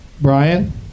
Brian